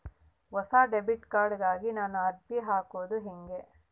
ಹೊಸ debit card ಗಾಗಿ ನಾನು ಅರ್ಜಿ ಹಾಕೊದು ಹೆಂಗ?